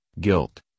guilt